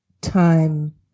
time